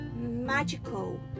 magical